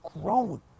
grown